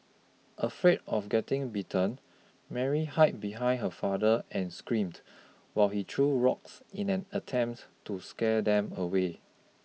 afraid of getting bitten Mary hide behind her father and screamed while he threw rocks in an attempt to scare them away